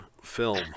Film